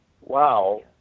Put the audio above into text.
wow